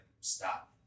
stop